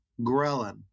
ghrelin